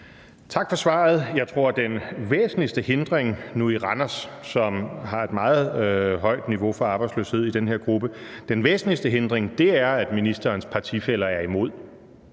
Tak for svaret. Jeg tror, at den væsentligste hindring nu i Randers, som har et meget højt niveau for arbejdsløshed i den her gruppe, er, at ministerens partifæller er imod.